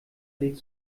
lädt